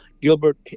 Gilbert